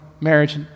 marriage